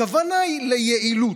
הכוונה היא ליעילות.